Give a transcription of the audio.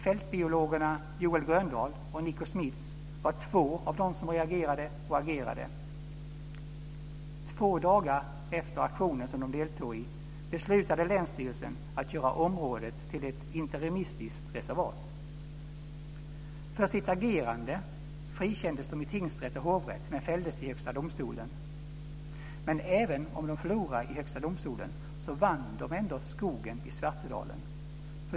Fältbiologerna Joel Gröndahl och Nico Schmidts var två av dem som reagerade och agerade. Två dagar efter aktionen de deltog i beslutade länsstyrelsen att göra området till ett interimistiskt reservat. För sitt agerande frikändes de i tingsrätt och hovrätt men fälldes i Högsta domstolen. Men även om de förlorade i Högsta domstolen vann de ändå skogen i Svartedalen.